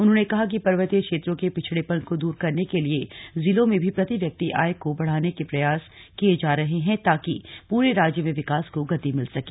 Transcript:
उन्होंने कहा कि पर्वतीय क्षेत्रों के पिछडेपन को दूर करने के लिये जिलों में भी प्रति व्यक्ति आये को बढ़ाने के प्रयास किये जा रहे हैं ताकि पूरे राज्य में विकास को गति मिल सके